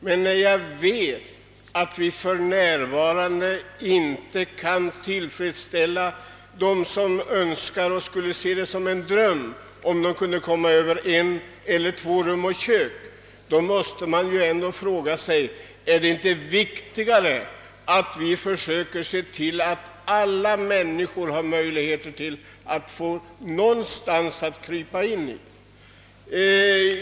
Men när man vet att det för närvarande inte är möjligt att tillgodose dem som önskar en bostad på ett eller två rum och kök, måste man ändå fråga sig: Är det inte viktigare att vi försöker se till att alla människor har någonstans att krypa in?